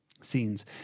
scenes